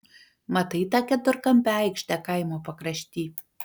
matai tą keturkampę aikštę kaimo pakrašty